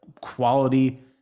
quality